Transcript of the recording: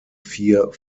vier